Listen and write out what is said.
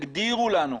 תגדירו אותם,